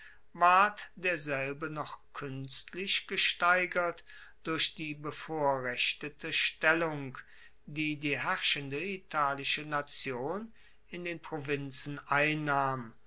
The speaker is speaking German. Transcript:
ward derselbe noch kuenstlich gesteigert durch die bevorrechtete stellung die die herrschende italische nation in den provinzen einnahm